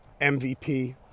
MVP